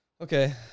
Okay